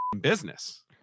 business